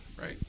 right